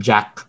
Jack